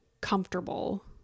comfortable